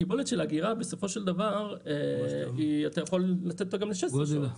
קיבולת של אגירה בסופו של דבר יכולה להגיע גם ל-16 שעות.